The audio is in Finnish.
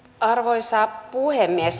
arvoisa puhemies